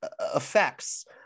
effects